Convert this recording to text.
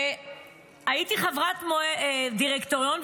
והייתי חברת דירקטוריון,